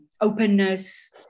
openness